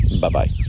Bye-bye